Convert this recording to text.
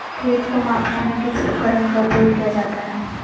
खेत को मापने में किस उपकरण का उपयोग किया जाता है?